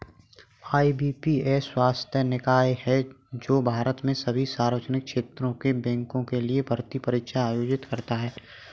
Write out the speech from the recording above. IBPS स्वायत्त निकाय है जो भारत में सभी सार्वजनिक क्षेत्र के बैंकों के लिए भर्ती परीक्षा आयोजित करता है